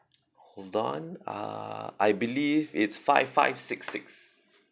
hold on uh I believe it's five five six six